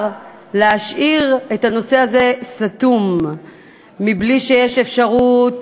להשאיר את הנושא הזה סתום ובלי שיש אפשרות